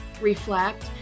reflect